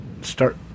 start